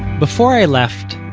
before i left,